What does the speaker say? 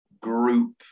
group